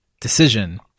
decision